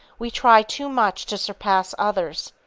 we try too much to surpass others.